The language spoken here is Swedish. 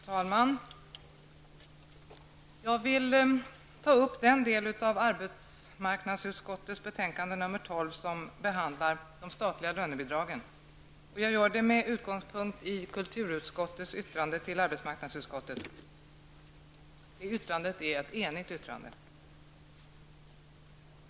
Herr talman! Jag vill ta upp den del av arbetsmarknadsutskottets betänkande nr. 12 som behandlar de statliga lönebidragen, och jag gör det med utgångspunkt i kulturutskottets yttrande till arbetsmarknadsutskottet. Det är ett enigt yttrande.